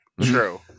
True